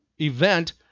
event